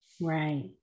Right